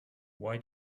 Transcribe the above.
why